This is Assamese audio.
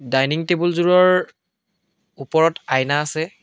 ডাইনিং টেবুলযোৰৰ ওপৰত আইনা আছে